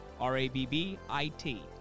R-A-B-B-I-T